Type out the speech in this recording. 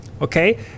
okay